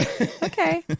Okay